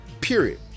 Period